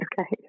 Okay